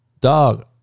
Dog